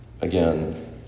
Again